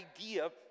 idea